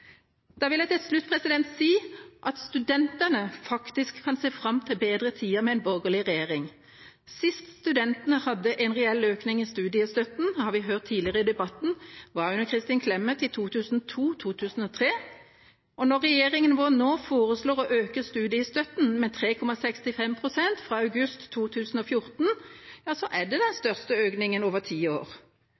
Da vil jeg til slutt si at studentene faktisk kan se fram til bedre tider med en borgerlig regjering. Sist studentene hadde en reell økning i studiestøtten – har vi hørt tidligere i debatten – var under Kristin Clemet i 2002/2003. Når regjeringa vår nå foreslår å øke studiestøtten med 3,65 pst. fra august 2014, er det den største økningen på over ti år.